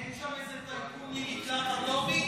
אין שם איזה טייקון עם מקלט אטומי?